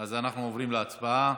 אז אנחנו עוברים להצבעה.